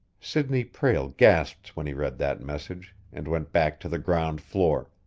sidney prale gasped when he read that message, and went back to the ground floor.